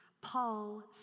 Paul